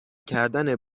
کردن